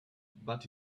but